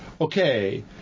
okay